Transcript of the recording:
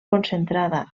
concentrada